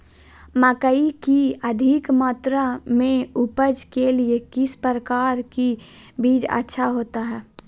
मकई की अधिक मात्रा में उपज के लिए किस प्रकार की बीज अच्छा होता है?